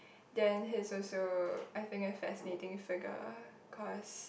then he is also I think a fascinating figure cause